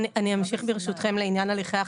בוא, אפשר להתנצל, תאמין לי.